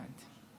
הבנתי.